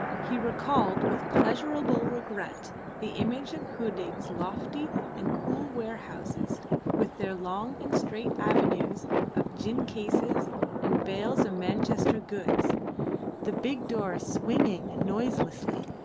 he recalled with pleasurable regret the image of hudig's lofty and cool warehouses with their long and straight avenues of gin cases and bales of manchester goods the big door swinging noiselessly